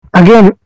again